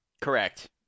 Correct